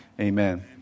Amen